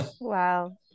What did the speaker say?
Wow